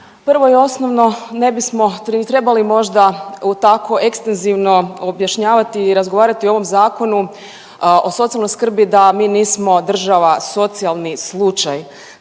prvo i osnovno ne bismo im trebali možda tako ekstenzivno objašnjavati i razgovarati o ovom Zakonu o socijalnoj skrbi da mi nismo država socijalni slučaj.